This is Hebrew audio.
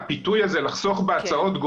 הפיתוי הזה לחסוך בהסעות,